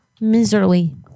miserly